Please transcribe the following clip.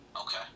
Okay